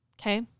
okay